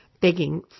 begging